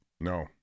No